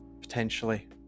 potentially